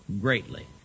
greatly